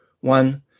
one